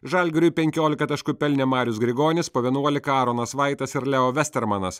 žalgiriui penkiolika taškų pelnė marius grigonis po vienuolika aronas vaitas ir leo vestermanas